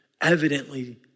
evidently